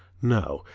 no,